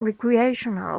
recreational